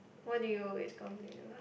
what do you